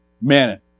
Man